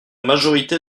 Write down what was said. majorité